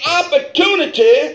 opportunity